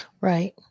Right